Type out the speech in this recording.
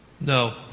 No